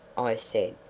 i said,